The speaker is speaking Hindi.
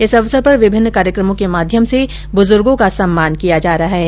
इस ॅअवसर पर विभिन्न कार्यक्रमो के माध्यम से बुजुर्गो का सम्मान किया जा रहा है